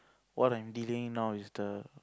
what I'm delaying now is the